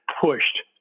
pushed